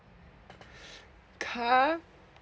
car